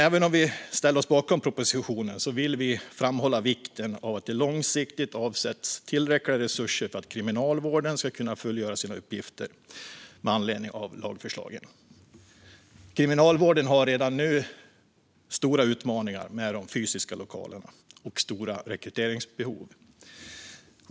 Även om vi ställer oss bakom propositionen vill vi framhålla vikten av att det långsiktigt avsätts tillräckliga resurser för att Kriminalvården ska kunna fullgöra sina uppgifter med anledning av lagförslagen. Kriminalvården har redan nu stora utmaningar med de fysiska lokalerna och stora rekryteringsbehov.